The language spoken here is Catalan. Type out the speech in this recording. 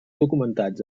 documentats